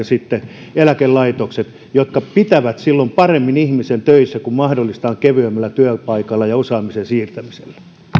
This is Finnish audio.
sitten eläkelaitokset jotka pitävät silloin paremmin ihmisen töissä kun mahdollistetaan kevyemmät työpaikat ja osaamisen siirtäminen